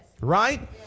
Right